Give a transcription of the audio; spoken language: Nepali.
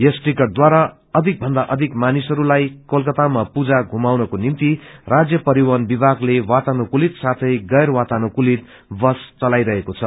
यस टीकट द्वारा अधिक भन्दा अधिक मानिसहरूलाई कोलकातामा पुजा धुमाउनको निम्ति राज्य परिवहन विभागले वातानुकूलित साथै गैर वातानुकूलित बस चलाईरहेको छ